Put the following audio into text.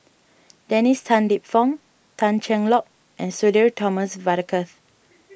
Dennis Tan Lip Fong Tan Cheng Lock and Sudhir Thomas Vadaketh